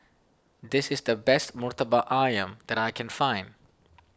this is the best Murtabak Ayam that I can find